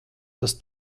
tas